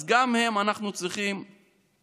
אז גם עליהם אנחנו צריכים לחשוב.